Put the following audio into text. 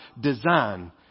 design